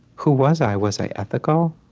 who was i? was i ethical?